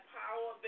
power